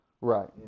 Right